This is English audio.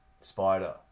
Spider